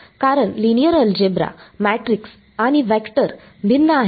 कारण linear algebra matrix आणि vector भिन्न आहेत